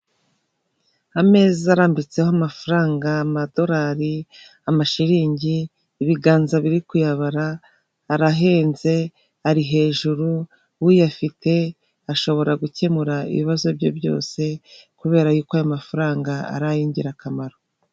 Ameza arambitseho amafaranga, amadorari amashiriningi, ibiganza biri kuyabara, arahenze ari hejuru, uyafite ashobora gukemura ibibazo bye byose, kubera yuko aya mafaranga ari ay'ingirakamaro.